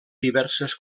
diverses